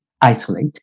isolate